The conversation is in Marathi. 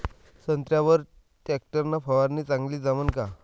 संत्र्यावर वर टॅक्टर न फवारनी चांगली जमन का?